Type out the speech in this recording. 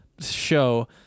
show